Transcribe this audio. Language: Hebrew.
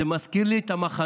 זה מזכיר לי את מחנות